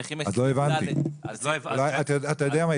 אז לא הבנתי, אתה יודע מה?